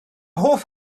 hoff